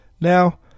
Now